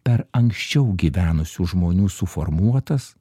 per anksčiau gyvenusių žmonių suformuotas